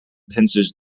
pinches